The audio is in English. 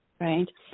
right